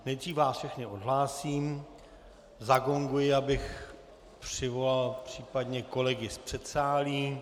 Nejdřív vás všechny odhlásím, zagonguji, abych přivolal případně kolegy z předsálí.